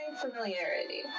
familiarity